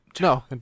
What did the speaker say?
no